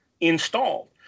installed